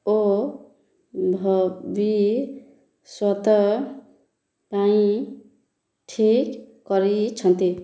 ଓ ଭବିଷ୍ୟତ ପାଇଁ ଠିକ୍ କରିଛନ୍ତି